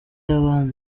y’abandi